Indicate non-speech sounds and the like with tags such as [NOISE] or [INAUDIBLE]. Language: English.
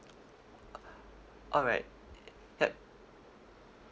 [BREATH] all right err